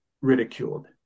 ridiculed